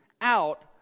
out